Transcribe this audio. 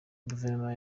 guverinoma